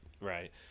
Right